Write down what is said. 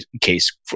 case